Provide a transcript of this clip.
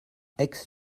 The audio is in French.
aix